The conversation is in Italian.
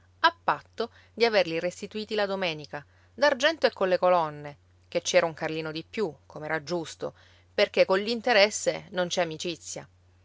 a patto di averli restituiti la domenica d'argento e colle colonne che ci era un carlino dippiù com'era giusto perché coll'interesse non c'è amicizia